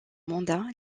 mandat